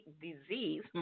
disease